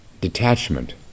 detachment